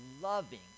loving